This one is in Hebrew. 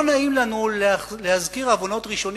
לא נעים לנו להזכיר עוונות ראשונים,